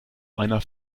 einer